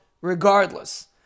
regardless